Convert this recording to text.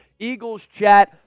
EaglesChat